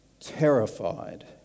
terrified